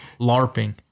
LARPing